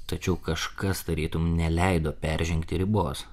tačiau kažkas tarytum neleido peržengti ribos